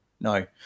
No